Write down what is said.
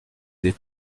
des